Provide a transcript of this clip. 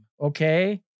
okay